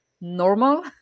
normal